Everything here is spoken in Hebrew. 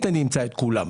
אתם